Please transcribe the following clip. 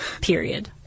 period